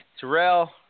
Terrell